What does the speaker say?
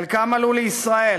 חלקם עלו לישראל